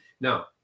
now